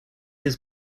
his